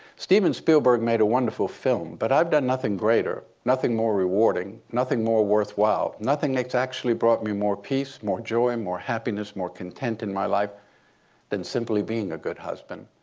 steven spielberg made a wonderful film. but i've done nothing greater, nothing more rewarding, nothing more worthwhile, nothing that's actually brought me more peace, more joy, and more happiness, more content in my life than simply being a good husband,